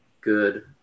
good –